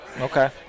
Okay